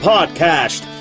Podcast